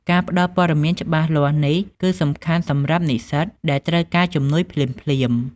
ការផ្ដល់ព័ត៌មានច្បាស់លាស់នេះគឺសំខាន់សម្រាប់និស្សិតដែលត្រូវការជំនួយភ្លាមៗ។